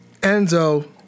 Enzo